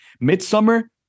*Midsummer*